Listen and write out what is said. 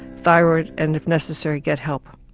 thyroid, and if necessary get help.